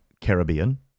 caribbean